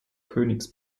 königs